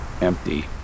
empty